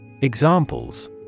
Examples